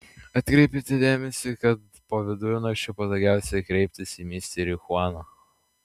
atkreipkite dėmesį kad po vidurnakčio patogiausia kreiptis į misterį chuaną